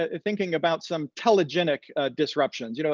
ah thinking about some telegenic disruptions. you know